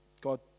God